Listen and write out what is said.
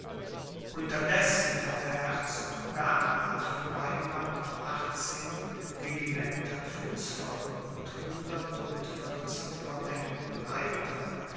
unterdessen hatte herzog bernhard von weimar mit achtzehn regimentern fußvolk und hundert und